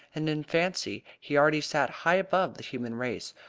and in fancy he already sat high above the human race,